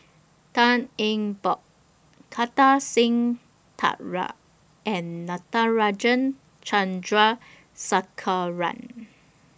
Tan Eng Bock Kartar Singh Thakral and Natarajan Chandrasekaran